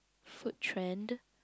food trend